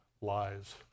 lies